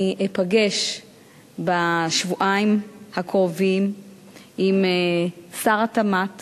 אני אפגש בשבועיים הקרובים עם שר התמ"ת